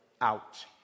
out